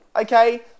okay